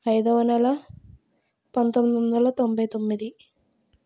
ఐదవ నెల పంతొమ్మిది వందల తొంభై తొమ్మిది